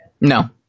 No